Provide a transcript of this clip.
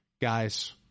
guys